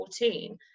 2014